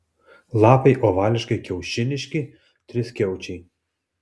lapai ovališkai kiaušiniški triskiaučiai